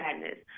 Madness